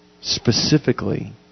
specifically